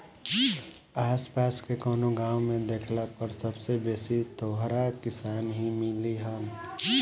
आस पास के कवनो गाँव में देखला पर सबसे बेसी तोहरा किसान ही मिलिहन